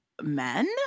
men